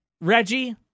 Reggie